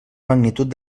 magnitud